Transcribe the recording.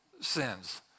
sins